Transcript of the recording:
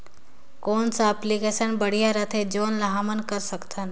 कौन सा एप्लिकेशन बढ़िया रथे जोन ल हमन कर सकथन?